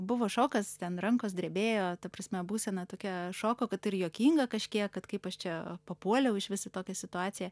buvo šokas ten rankos drebėjo ta prasme būsena tokia šoko kad ir juokinga kažkiek kad kaip aš čia papuoliau išvis į tokią situaciją